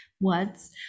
words